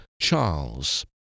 Charles